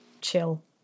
Chill